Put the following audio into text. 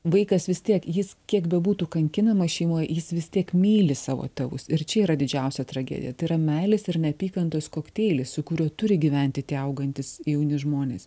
vaikas vis tiek jis kiek bebūtų kankinamas šeimoj jis vis tiek myli savo tėvus ir čia yra didžiausia tragedija tai yra meilės ir neapykantos kokteilis su kuriuo turi gyventi tie augantys jauni žmonės